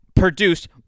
Produced